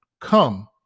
come